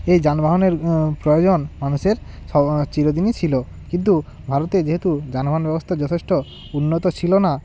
এই যানবাহনের প্রয়োজন মানুষের চিরদিনই ছিল কিন্তু ভারতে যেহেতু যানবাহন ব্যবস্থা যথেষ্ট উন্নত ছিল না